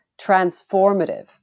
transformative